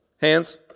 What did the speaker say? Hands